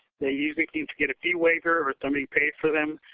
they usually can get a fee waiver or somebody paid for them.